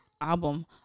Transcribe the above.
album